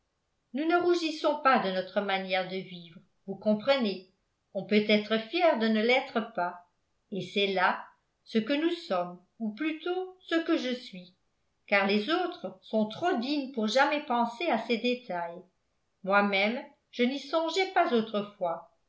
nous ne rougissons pas de notre manière de vivre vous comprenez on peut être fier de ne l'être pas et c'est là ce que nous sommes ou plutôt ce que je suis car les autres sont trop dignes pour jamais penser à ces détails moi-même je n'y songeais pas autrefois